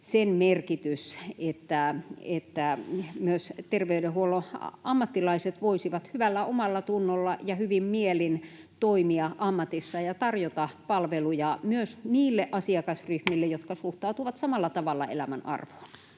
sen merkitys, että myös terveydenhuollon ammattilaiset voisivat hyvällä omallatunnolla ja hyvin mielin toimia ammatissa ja tarjota palveluja myös niille asiakasryhmille, jotka suhtautuvat samalla tavalla elämän arvoon.